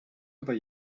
aber